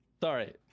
sorry